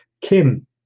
Kim